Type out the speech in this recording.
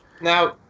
Now